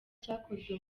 cyakozwe